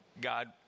God